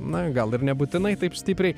na gal ir nebūtinai taip stipriai